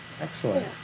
Excellent